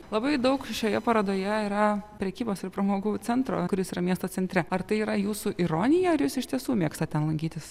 labai daug šioje parodoje yra prekybos ir pramogų centro kuris yra miesto centre ar tai yra jūsų ironija ar jūs iš tiesų mėgstat ten lankytis